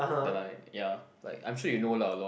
the like ya like I'm sure you know lah a lot